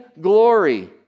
glory